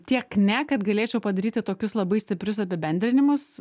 tiek ne kad galėčiau padaryti tokius labai stiprius apibendrinimus